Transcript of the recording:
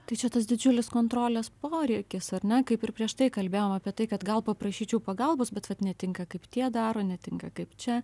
tai čia tas didžiulis kontrolės poreikis ar ne kaip ir prieš tai kalbėjom apie tai kad gal paprašyčiau pagalbos bet vat netinka kaip tie daro netinka kaip čia